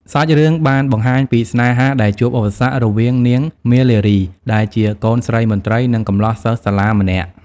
សាច់រឿងបានបង្ហាញពីស្នេហាដែលជួបឧបសគ្គរវាងនាង មាលារី ដែលជាកូនស្រីមន្ត្រី និងកំលោះសិស្សសាលាម្នាក់។